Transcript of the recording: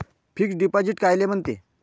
Fix deposit कायले म्हनते?